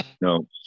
no